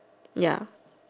ya